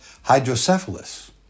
hydrocephalus